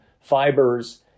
fibers